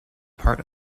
part